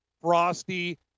frosty